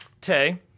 Tay